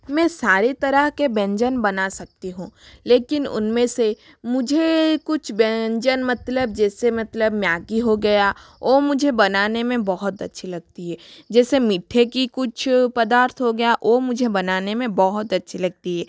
मैं सारे तरह के व्यंजन बना सकती हूँ लेकिन उनमें से मुझे कुछ व्यंजन मतलब जैसे मतलब मैगी हो गया ओ मुझे बनाने में बहुत अच्छी लगती है जैसे मीठे की कुछ पदार्थ हो गया ओ मुझे बनाने में बहुत अच्छी लगती है